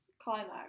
climax